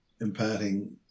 imparting